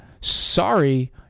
sorry